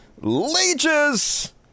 leeches